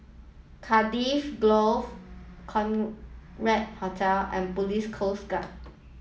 Cardiff Grove Hotel and Police Coast Guard